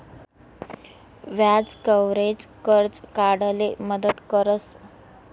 व्याज कव्हरेज, कर्ज काढाले मदत करस